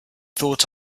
thought